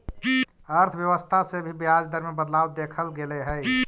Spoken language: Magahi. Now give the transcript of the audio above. अर्थव्यवस्था से भी ब्याज दर में बदलाव देखल गेले हइ